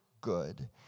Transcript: good